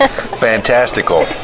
Fantastical